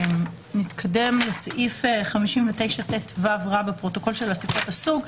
נתקדם לסעיף 59טו רבה, פרוטוקול של אספות הסוג.